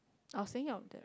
I will saying your